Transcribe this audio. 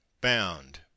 bound